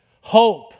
hope